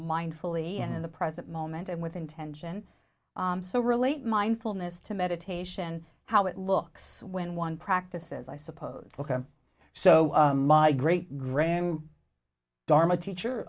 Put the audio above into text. mindfully and in the present moment and with intention on so relate mindfulness to meditation how it looks when one practices i suppose ok so my great grand dharma teacher